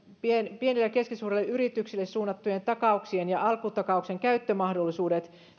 pienille ja keskisuurille yrityksille suunnattujen takauksien ja alkutakauksen käyttömahdollisuudet